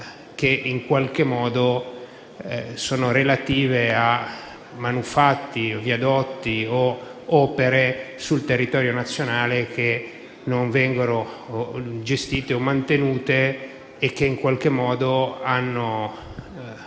che in qualche modo sono relative a manufatti, viadotti o opere sul territorio nazionale che non vengono gestiti o mantenuti e che rischiano